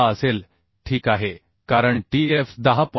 6 असेल ठीक आहे कारण Tf 10